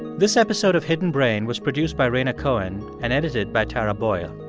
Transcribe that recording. this episode of hidden brain was produced by rhaina cohen and edited by tara boyle.